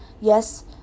Yes